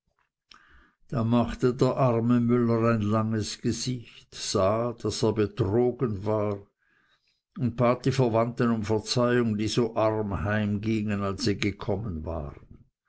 da machte der arme müller ein langes gesicht sah daß er betrogen war und bat die verwandten um verzeihung die so arm heimgingen als sie gekommen waren